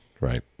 right